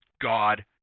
God